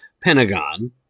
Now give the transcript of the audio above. Pentagon